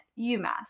UMass